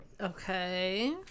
Okay